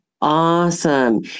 Awesome